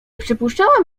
przypuszczałam